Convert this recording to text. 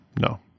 no